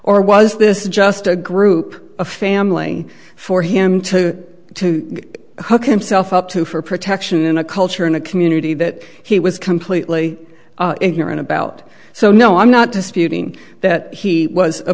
or was this just a group of family for him to to himself up to for protection in a culture in a community that he was completely ignorant about so no i'm not disputing that he was a